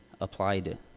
applied